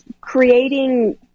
creating